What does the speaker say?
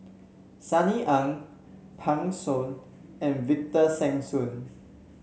Sunny Ang Pan Shou and Victor Sassoon